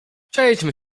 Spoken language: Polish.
przejdźmy